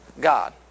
God